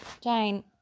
Jane